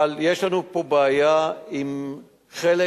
אבל יש לנו בעיה עם חלק